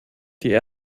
die